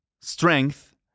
strength